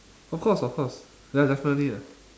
of course of course ya definitely ah